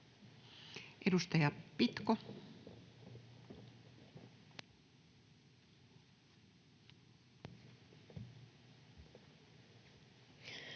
Edustaja Pitko.